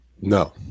no